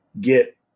get